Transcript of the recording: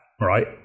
right